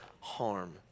harm